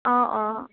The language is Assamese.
অঁ অঁ